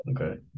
Okay